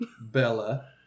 Bella